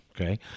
Okay